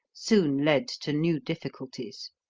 soon led to new difficulties.